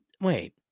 Wait